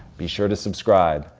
be sure to subscribe,